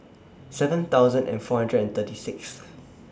seven thousand and four hundred and thirty Sixth